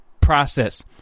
process